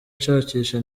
nshakisha